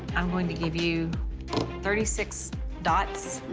i'm going to give you thirty six dots